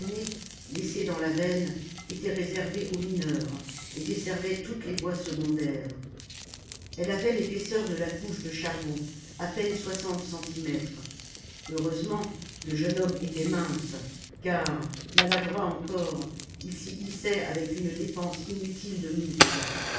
laissée dans la veine était réservée aux mineurs et desservait toutes les voies secondaires elle avait l'épaisseur de la couche de charbon à peine soixante centimètres heureusement le jeune homme était mince car maladroit encore il s'y hissait avec une dépense inutile de muscles